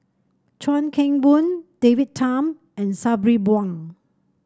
Chuan Keng Boon David Tham and Sabri Buang